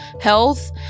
health